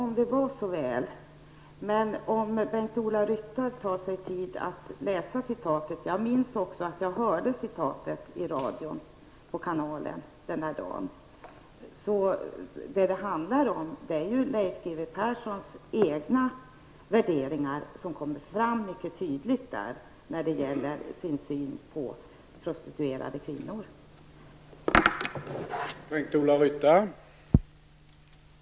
Herr talman! Om det vore så väl! Jag minns att jag hörde citatet i radioprogammet Kanalen den här dagen. Om Bengt-Ola Ryttar tar sig tid att läsa citatet skall han finna att det är Leif G W Perssons egna värderingar när det gäller prostituerade kvinnor som här kommer fram.